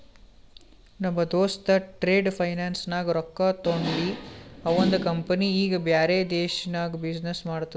ನಮ್ ದೋಸ್ತ trade finance ನಾಗ್ ರೊಕ್ಕಾ ತೊಂಡಿ ಅವಂದ ಕಂಪನಿ ಈಗ ಬ್ಯಾರೆ ದೇಶನಾಗ್ನು ಬಿಸಿನ್ನೆಸ್ ಮಾಡ್ತುದ